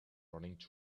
running